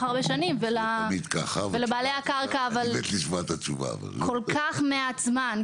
הרבה שנים ולבעלי הקרקע כל כך מעט זמן.